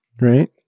right